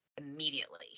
immediately